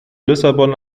lissabon